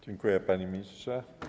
Dziękuję, panie ministrze.